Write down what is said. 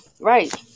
Right